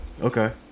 Okay